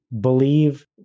believe